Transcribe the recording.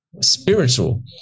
Spiritual